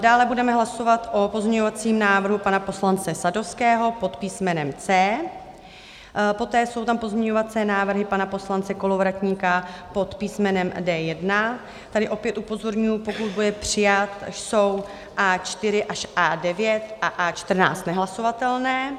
Dále budeme hlasovat o pozměňovacím návrhu pana poslance Sadovského pod písmenem C. Poté jsou tam pozměňovací návrhy pana poslance Kolovratníka pod písmenem D1 tady opět upozorňuji, pokud bude přijat, jsou A4 až A9 a A14 nehlasovatelné.